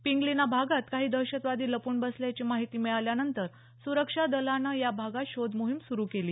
पिंगलीना भागात काही दहशतवादी लपून बसल्याची माहिती मिळाल्यानंतर सुरक्षा दलानं या भागात शोधमोहीम सुरु केली